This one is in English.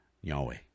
Yahweh